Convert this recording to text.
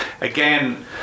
again